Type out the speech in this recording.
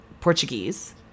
Portuguese